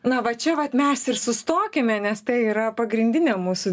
na va čia vat mes ir sustokime nes tai yra pagrindinė mūsų